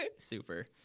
Super